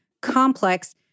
complex